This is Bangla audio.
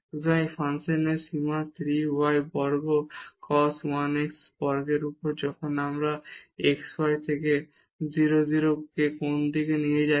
সুতরাং এই ফাংশনের সীমা 3 y বর্গ cos 1 x বর্গের উপর যখন আমরা xy থেকে 0 0 কে কোন দিক থেকে নিয়ে যাই